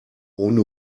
ohne